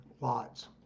Lot's